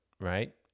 Right